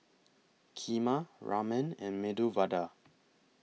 Kheema Ramen and Medu Vada